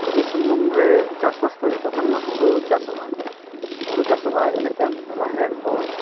ᱯᱩᱨᱵᱚ ᱥᱤᱝᱵᱷᱩᱢ ᱨᱮ ᱪᱟᱥ ᱵᱟᱥ ᱫᱚ ᱡᱚᱛᱚᱠᱷᱚᱱ ᱦᱩᱲᱩ ᱪᱟᱥᱚᱜᱼᱟ ᱦᱩᱲᱩ ᱪᱟᱥᱚᱜᱼᱟ ᱤᱱᱟᱹ ᱛᱟᱭᱚᱢ ᱨᱟᱦᱮᱲ ᱠᱚ